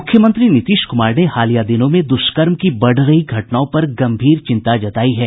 मुख्यमंत्री नीतीश कुमार ने हालिया दिनों में दुष्कर्म की बढ़ रही घटनाओं पर गंभीर चिंता जतायी है